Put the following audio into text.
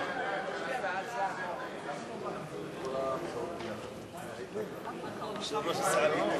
הצעת חוק התפזרות הכנסת השמונה-עשרה,